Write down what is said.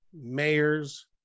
mayors